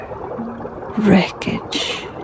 wreckage